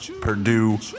Purdue